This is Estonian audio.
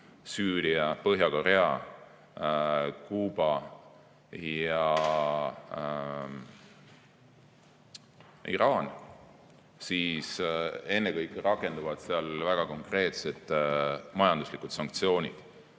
Süüria, Põhja-Korea, Kuuba ja Iraan –, siis ennekõike rakenduvad väga konkreetsed majanduslikud sanktsioonid,